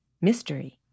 mystery